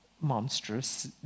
monstrous